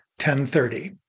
10:30